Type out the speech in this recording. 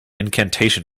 incantation